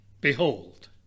Behold